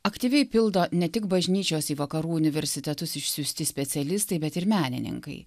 aktyviai pildo ne tik bažnyčios į vakarų universitetus išsiųsti specialistai bet ir menininkai